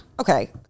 okay